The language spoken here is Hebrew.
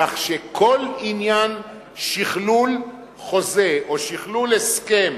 כך שכל עניין שכלול חוזה או שכלול הסכם